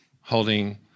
holding